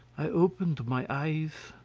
i opened my eyes,